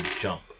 jump